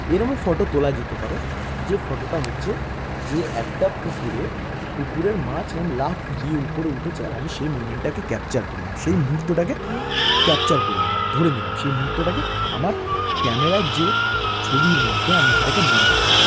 এরমও photo তোলা যেতে পারে যে ফটোটা হচ্ছে যে একটা পুকুরে পুকুরের মাছ এরম লাফ দিয়ে উপরে উঠেছে আর আমি সেই মোমেন্টাকে ক্যাপচার করে নিলাম সেই মুহূর্তটাকে ক্যাপচার করে নিলাম ধরে নিলাম সেই মুহূর্তটাকে আমার ক্যামেরার যে ছবির মধ্যে আমি সেটাকে বন্দি করলাম